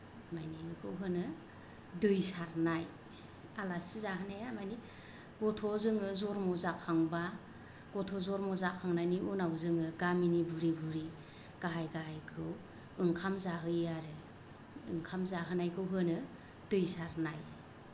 माने बेखौ होनो दै सारनाय आलासि जाहोनाया माने गथ' जोङो जन्म' जाखांबा गथ' जन्म' जाखांनायनि उनाव जोङो गामिनि बुरै बुरै गाहाय गाहायखौ ओंखाम जाहोयो आरो ओंखाम जाहोनायखौ होनो दै सारनाय